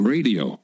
Radio